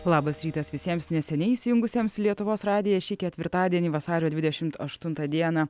labas rytas visiems neseniai įsijungusiems lietuvos radiją šį ketvirtadienį vasario dvidešimt aštuntą dieną